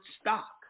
stock